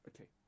Okay